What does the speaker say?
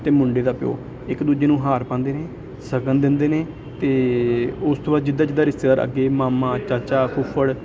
ਅਤੇ ਮੁੰਡੇ ਦਾ ਪਿਓ ਇੱਕ ਦੂਜੇ ਨੂੰ ਹਾਰ ਪਾਉਂਦੇ ਨੇ ਸ਼ਗਨ ਦਿੰਦੇ ਨੇ ਅਤੇ ਉਸ ਤੋਂ ਬਾਅਦ ਜਿੱਦਾਂ ਜਿੱਦਾਂ ਰਿਸ਼ਤੇਦਾਰ ਅੱਗੇ ਮਾਮਾ ਚਾਚਾ ਫੁੱਫੜ